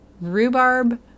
rhubarb